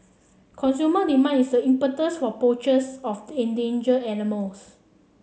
consumer demand is the impetus for poachers of the endanger animals